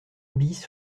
bis